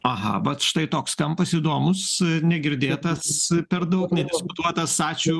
aha vat štai toks kampas įdomus negirdėtas per daug nediskutuotas ačiū